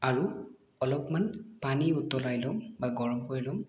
আৰু অলপমান পানী উতলাই ল'ম বা গৰম কৰি ল'ম